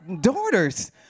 daughters